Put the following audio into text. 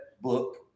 book